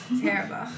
Terrible